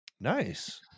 Nice